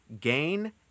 Gain